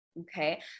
okay